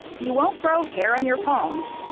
you won't grow hair on your palms.